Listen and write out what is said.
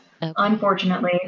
Unfortunately